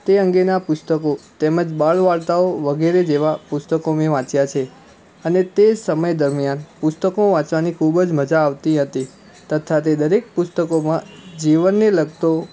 તે અંગેના પુસ્તકો તેમજ બાળવાર્તાઓ વગેરે જેવા પુસ્તકો મેં વાંચ્યા છે અને તે સમય દરમ્યાન પુસ્તકો વાંચવાની ખૂબ જ મજા આવતી હતી તથા તે દરેક પુસ્તકોમાં જીવનને લગતો